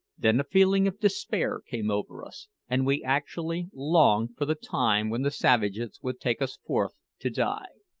then a feeling of despair came over us, and we actually longed for the time when the savages would take us forth to die.